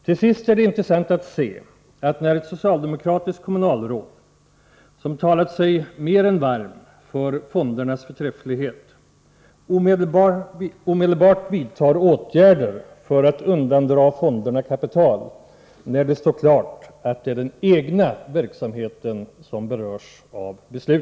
Till sist är det intressant att se att ett socialdemokratiskt kommunalråd, som talat sig mer än varm för fondernas förträfflighet, omedelbart vidtar åtgärder för att undandra fonderna kapital, när det står klart att det är den egna verksamheten som berörs av beslutet.